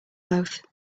both